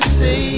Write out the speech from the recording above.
say